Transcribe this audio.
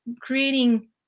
creating